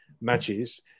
matches